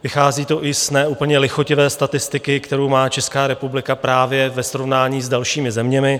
Vychází to i z ne úplně lichotivé statistiky, kterou má Česká republika právě ve srovnání s dalšími zeměmi.